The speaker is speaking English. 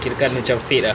kira kan macam fade ah